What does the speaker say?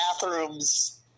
bathrooms